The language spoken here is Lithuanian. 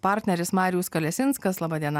partneris marijus kalesinskas laba diena